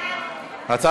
נא